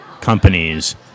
companies